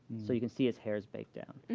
so you can see his hair's baked down.